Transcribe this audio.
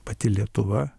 pati lietuva